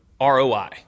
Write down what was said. ROI